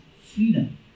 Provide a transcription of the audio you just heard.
freedom